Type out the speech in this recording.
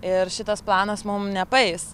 ir šitas planas mum nepaeis